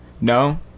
No